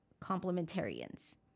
complementarians